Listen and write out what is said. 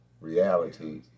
reality